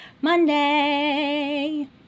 Monday